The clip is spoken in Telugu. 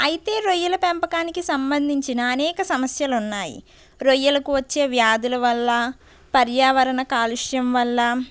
అయితే రొయ్యల పెంపకానికి సంబంధించిన అనేక సమస్యలున్నాయి రొయ్యలకు వచ్చే వ్యాధుల వల్ల పర్యావరణ కాలుష్యం వల్ల